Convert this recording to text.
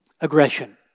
aggression